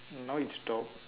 now it stopped